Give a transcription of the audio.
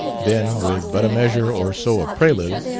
then, with but a measure or so of prelude,